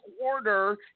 quarter